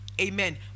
amen